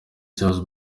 jazz